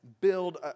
build